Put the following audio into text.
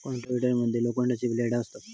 cultivator मध्ये लोखंडाची ब्लेडा असतत